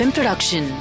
Production